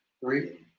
Three